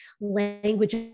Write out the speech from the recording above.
language